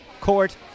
court